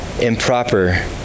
improper